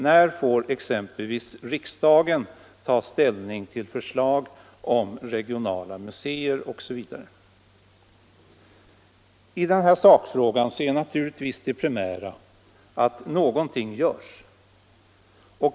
När får exempelvis riksdagen ta ställning till förslag om regionala museer? I sakfrågan är naturligtvis det primära att någonting görs.